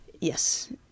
Yes